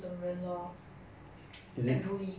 some can some cannot lah so 你 heng suay lor